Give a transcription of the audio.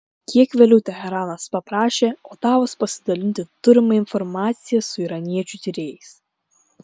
kiek vėliau teheranas paprašė otavos pasidalinti turima informacija su iraniečių tyrėjais